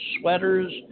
sweaters